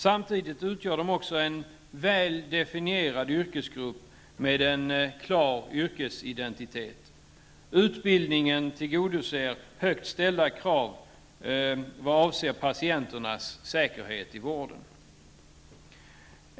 Samtidigt utgör de också en väl definierad yrkesgrupp med en klar yrkesidentitet. Utbildningen tillgodoser högt ställda krav vad avser patienternas säkerhet i vården.